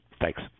Thanks